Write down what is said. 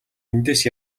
эндээс